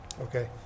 Okay